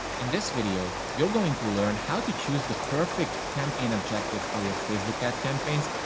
in this video, you're going to learn how to choose the perfect campaign objective for your facebook ad campaigns,